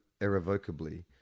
irrevocably